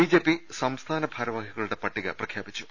BJP സംസ്ഥാന ഭാരവാഹികളുടെ പ്രട്ടിക പ്രഖ്യാപിച്ചു